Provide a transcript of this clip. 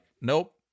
nope